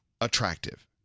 attractive